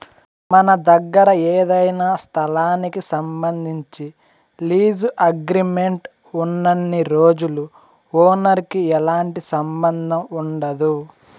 మన దగ్గర ఏదైనా స్థలానికి సంబంధించి లీజు అగ్రిమెంట్ ఉన్నన్ని రోజులు ఓనర్ కి ఎలాంటి సంబంధం ఉండదు